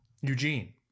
Eugene